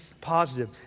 positive